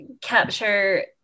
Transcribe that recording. capture